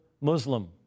Muslim